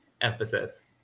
emphasis